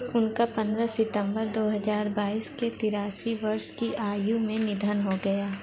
उनका पन्द्रह सितम्बर दो हज़ार बाइस में तेरासी वर्ष की आयु में निधन हो गया